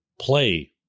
play